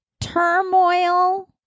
turmoil